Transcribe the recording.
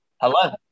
Hello